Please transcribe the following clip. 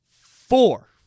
Four